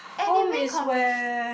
anyway confession